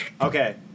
Okay